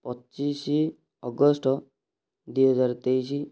ପଚିଶ ଅଗଷ୍ଟ ଦୁଇହଜାର ତେଇଶ